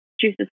juices